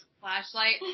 flashlight